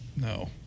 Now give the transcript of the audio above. No